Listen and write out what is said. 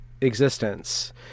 existence